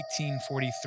1843